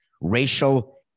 racial